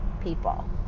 people